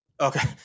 Okay